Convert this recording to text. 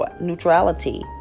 neutrality